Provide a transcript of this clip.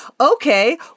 okay